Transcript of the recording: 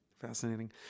Fascinating